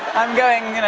i'm going, you know,